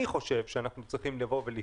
אני חושב שאנחנו צריכים לבוא וגם